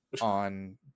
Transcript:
on